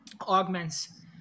augments